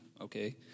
Okay